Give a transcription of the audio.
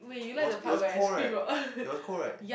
was it was cold right it was cold right